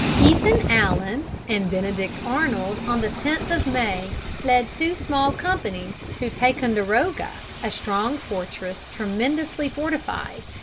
ethan allen and benedict arnold on the tenth of may led two small companies to ticonderoga, a strong fortress tremendously fortified,